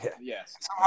yes